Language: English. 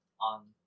on